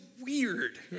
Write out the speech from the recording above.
weird